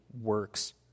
works